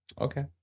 Okay